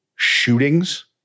shootings